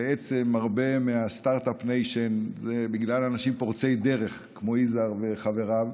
בעצם הרבה מהסטרטאפ ניישן זה בגלל אנשים פורצי דרך כמו יזהר וחבריו.